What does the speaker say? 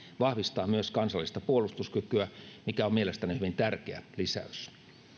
vahvistaa myös kansallista puolustuskykyä mikä on mielestäni hyvin tärkeä lisäys